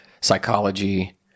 psychology